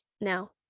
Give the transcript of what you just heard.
Now